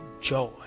joy